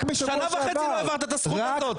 שנה וחצי לא העברת את הזכות הזאת.